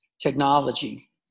technology